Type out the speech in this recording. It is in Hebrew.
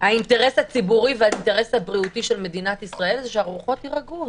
האינטרס הציבורי והאינטרס הבריאותי של מדינת ישראל זה שהרוחות יירגעו.